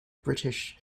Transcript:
british